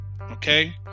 Okay